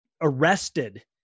arrested